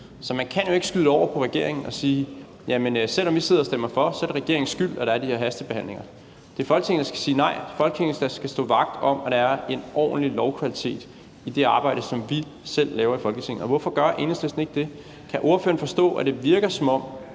Så man kan jo ikke skyde det over på regeringen og sige, at selv om vi sidder og stemmer for, er det regeringens skyld, at der er de her hastebehandlinger. Det er Folketinget, der skal sige nej, det er Folketinget, der skal stå vagt om, at der er en ordentlig lovkvalitet i det arbejde, som vi selv laver i Folketinget, og hvorfor gør Enhedslisten ikke det? Kan ordføreren forstå, at det virker, som om